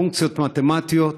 בפונקציות מתמטיות